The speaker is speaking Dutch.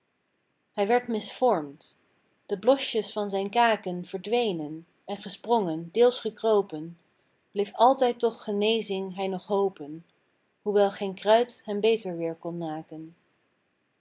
hij werd misvormd de blosjes van zijn kaken verdwenen en gesprongen deels gekropen bleef altijd toch genezing hij nog hopen hoewel geen kruid hem beter weer kon maken